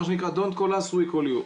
מה שנקרא don’t call us we call you.,